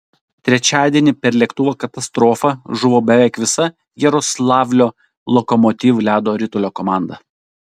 trečiadienį per lėktuvo katastrofą žuvo beveik visa jaroslavlio lokomotiv ledo ritulio komanda